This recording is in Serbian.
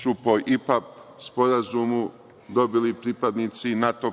su po IPA sporazumu dobili pripadnici NATO